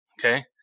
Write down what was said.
okay